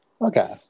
Okay